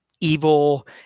evil